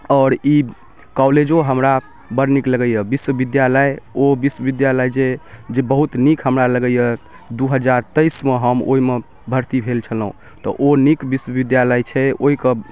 आओर ई कौलेजो हमरा बड़ नीक लगैए विश्वविद्यालय ओ विश्वविद्यालय जे बहुत नीक हमरा लगैए दुइ हजार तेइसमे हम ओहिमे भर्ती भेल छलहुँ तऽ ओ नीक विश्वविद्यालयय छै ओहिके